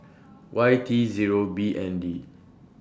Y T Zero B N D